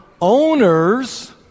owners